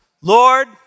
Lord